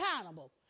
accountable